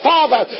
Father